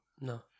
No